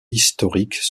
historiques